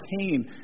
came